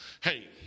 hey